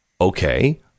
Okay